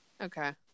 Okay